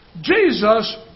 Jesus